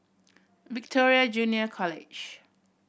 Victoria Junior College